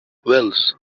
wells